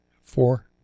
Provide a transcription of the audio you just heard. four